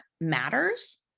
matters